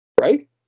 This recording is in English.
Right